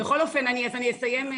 בכל אופן אז אני אסיים.